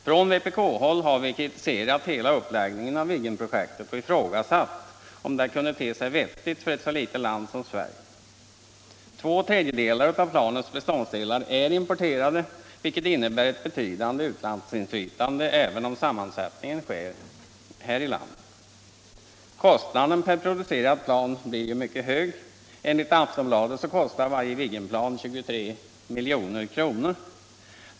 Från vpk-håll har vi kritiserat hela uppläggningen av Viggenprojektet och ifrågasatt om det kunde te sig vettigt för ett så litet land som Sverige. Två tredjedelar av planens beståndsdelar är importerade, vilket innebär ett betydande utlandsberoende även om sammansättningen sker inom landet. Kostnaden per producerat plan blir också mycket hög. Enligt Aftonbladet kostar varje Viggenplan 23 miljoner.